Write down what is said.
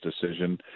decision